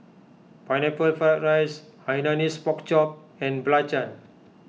Pineapple Fried Rice Hainanese Pork Chop and Belacan